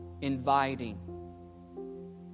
inviting